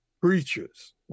preachers